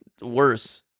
Worse